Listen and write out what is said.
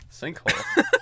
sinkhole